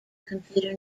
computer